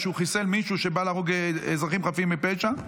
שהוא חיסל מישהו שבא להרוג אזרחים חפים מפשע.